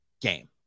game